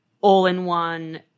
all-in-one